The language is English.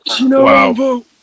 Wow